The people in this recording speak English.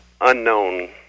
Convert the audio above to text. unknown